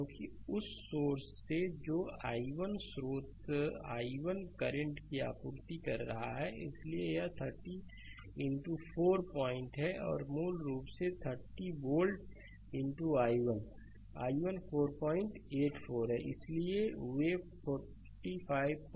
क्योंकि उस सोर्स से जो i1 स्रोत i1 करंट की आपूर्ति करता है इसलिए यह 30 4 पॉइंट है और मूल रूप से 30 वोल्ट i1 i1 484 है इसलिए वे 452 वाट के हैं